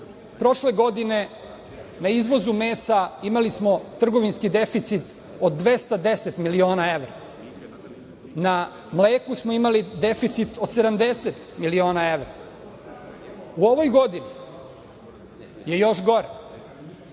više. Prošle godine na izvozu mesa imali smo trgovinski deficit od 210 miliona evra, na mleku deficit od 70 miliona evra. U ovoj godini je još gore.